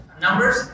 numbers